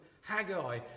Haggai